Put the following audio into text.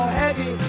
heavy